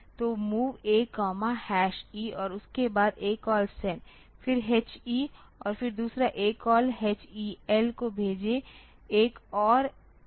तो MOV A E और उसके बाद ACALL सेंड फिर H E और फिर दूसरा ACALL H E L को भेजें एक और l